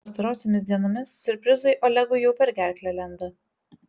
pastarosiomis dienomis siurprizai olegui jau per gerklę lenda